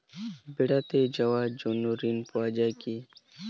বেড়াতে যাওয়ার জন্য ঋণ পাওয়া যায় কি?